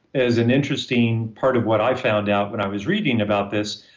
as an interesting part of what i found out when i was reading about this,